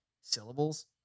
syllables